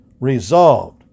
Resolved